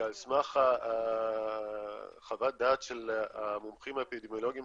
שעל סמך חוות דעת של המומחים האפידמיולוגים